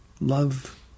love